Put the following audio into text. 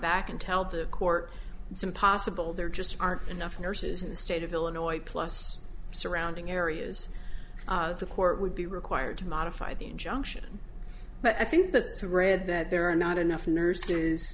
back and tell the court it's impossible there just aren't enough nurses in the state of illinois plus surrounding areas the court would be required to modify the injunction but i think that to read that there are not enough nurses